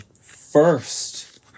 first